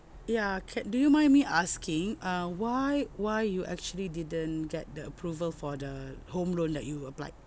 ya ca~ do you mind me asking uh why why you actually didn't get the approval for the home loan that you applied